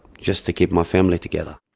just to keep my family together.